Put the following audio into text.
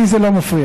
לי זה לא מפריע.